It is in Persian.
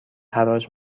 حراج